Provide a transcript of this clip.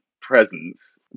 presence